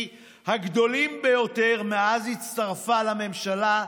הגדולים ביותר מאז הצטרפה לממשלה.